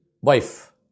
wife